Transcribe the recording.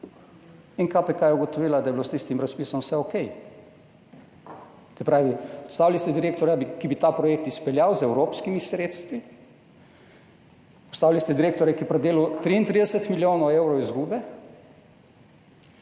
in KPK je ugotovila, da je bilo s tistim razpisom vse okej. Se pravi, odstavili ste direktorja, ki bi ta projekt izpeljal z evropskimi sredstvi, postavili ste direktorja, ki je pridelal 33 milijonov evrov izgube